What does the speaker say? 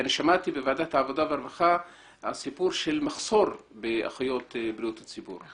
שמעתי בוועדת העבודה והרווחה על הסיפור של מחסור באחיות בריאות הציבור.